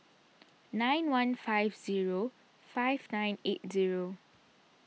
nine one five zero five nine eight zero